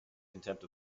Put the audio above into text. contempt